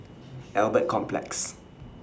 Albert Complex